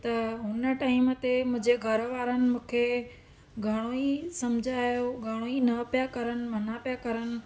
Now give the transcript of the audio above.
त हुन टाइम ते मुंहिंजे घर वारनि मूंखे घणो ई सम्झायो घणो ई न पिया करनि मना पिया करनि